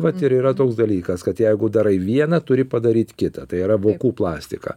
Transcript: vat ir yra toks dalykas kad jeigu darai vieną turi padaryt kitą tai yra vokų plastika